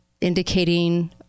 indicating